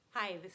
Hi